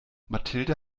mathilde